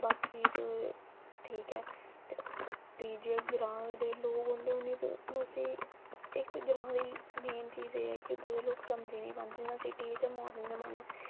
बाकी चलो ठीक ऐ भी जे ग्रांऽ दे लोक होंदे ओह् तुस इक ते ग्रांऽ दी मेन चीज़ ते ऐ कि उद्धर दे लोग समझी निं पांदे जि'यां सिटी बिच मॉडर्न जमान्ना ऐ